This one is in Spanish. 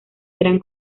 gran